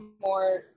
more